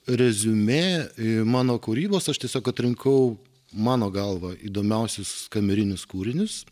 reziumė mano kūrybos aš tiesiog atrinkau mano galva įdomiausius kamerinius kūrinius